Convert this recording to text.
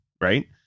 right